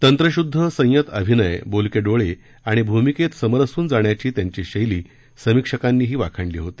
तंत्रशुद्ध संयत अभिनय बोलके डोळे आणि भूमिकेत समरसून जाण्याची त्यांची शैली समीक्षकांनीही वाखाणली होती